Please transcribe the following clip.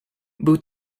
był